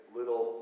little